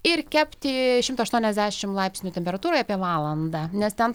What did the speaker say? ir kepti šimto aštuoniasdešimt laipsnių temperatūroje apie valandą nes ten